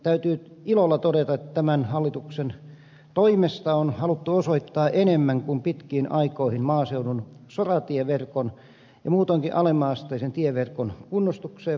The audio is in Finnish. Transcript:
täytyy ilolla todeta että tämän hallituksen toimesta on haluttu osoittaa enemmän kuin pitkiin aikoihin maaseudun soratieverkon ja muutoinkin alemman asteisen tieverkon kunnostukseen varoja